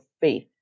faith